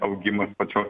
augimas pačios